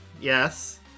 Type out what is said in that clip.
yes